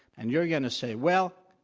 and you're going to say, well,